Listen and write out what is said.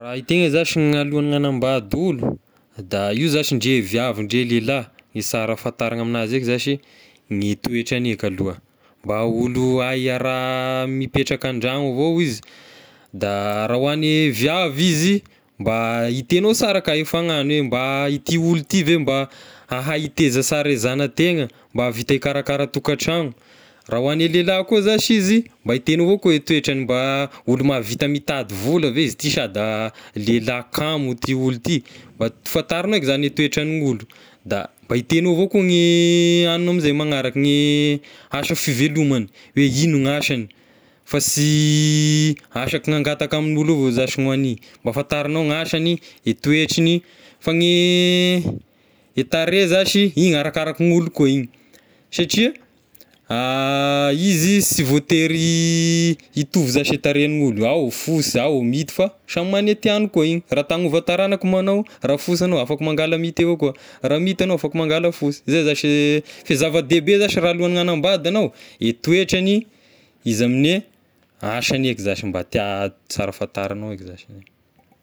Raha e tegna zashy ny alohan'ny hanambady olo da io zashy ndre viavy ndre lehilahy ny sara fantaragna aminazy eky zashy gne toetrany eka aloha mba olo hay hiara mipetraka an-dragno avao izy, da raha hoane viavy izy mba hitegnao sara ka e fagnahiny hoe mba ity olo ity ve ahay hiteza sara e zana-tegna, mba ahavita hikarakara tokatragno, raha hoan'ny lelahy kosa zashy izy mba hitegnao avao koa toetrany mba olo mahavita mitady vola ve izy ity sa da lelahy kamo ty olo ity, mb- fantarigna eka zagny e toetra ny olo, da hitegnao koa ny anina ame izay magnaraka ny asa fivelomagny hoe igno gn'asany fa sy asa ky ny angataka amin'olo avao zashy no hagnia, mba fantarignao gn'asagny, e teotragny, fa ny e tarehy zashy igny arakaraky ny olo koa igny satria izy sy voatery hitovy zashy e tarehin'olo ao fosy, ao minty fa samy magna ny tiagny koa igny, raha ta hagnova taranaka moa agnao raha fosy agnao afaka mangala minty avao koa, raha minty agnao afaka mangala fosy, zay zashy fa zava-dehibe zashy raha alohan'ny hanambady agnao e toetragny, izy amin'ny asany eky zashy mba tia tsara fantarignao eky zashy.